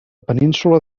península